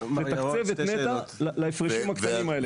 לתקצב את נת"ע להפרשים הקטנים האלה.